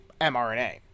mRNA